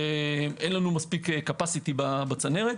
ואין לנו מספיק קאפאסיטי בצנרת.